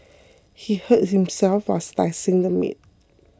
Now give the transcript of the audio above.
he hurt himself while slicing the meat